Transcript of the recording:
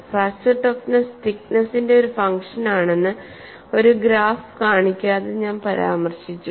fracture toughness തിക്നെസിന്റെ ഒരു function ആണെന്ന് ഒരു ഗ്രാഫ് കാണിക്കാതെ ഞാൻ പരാമർശിച്ചു